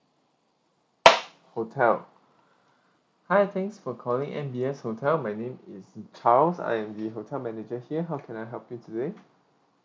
hotel hi thanks for calling M B S hotel my name is charles I'm the hotel manager here how can I help you today